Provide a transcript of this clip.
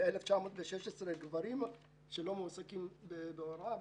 ו-1,916 גברים שלא מועסקים בהוראה,